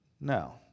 no